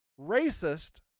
racist